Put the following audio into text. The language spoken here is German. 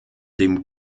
dem